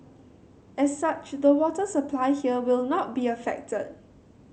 as such the water supply here will not be affected